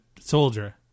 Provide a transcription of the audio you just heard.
soldier